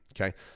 okay